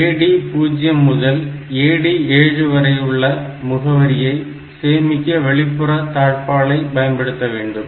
AD0 முதல் AD7 வரையுள்ள முகவரியை சேமிக்க வெளிப்புற தாழ்பாளை பயன்படுத்த வேண்டும்